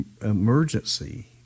emergency